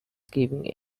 giving